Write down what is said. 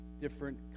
different